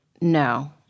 No